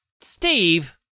Steve